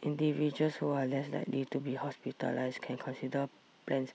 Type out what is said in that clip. individuals who are less likely to be hospitalised can consider plans